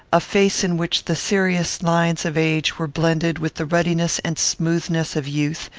a face in which the serious lines of age were blended with the ruddiness and smoothness of youth,